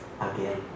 again